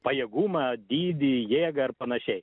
pajėgumą dydį jėgą ir panašiai